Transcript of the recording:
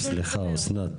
לא, סליחה אסנת.